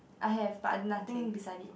I have but nothing decide it